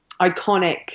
iconic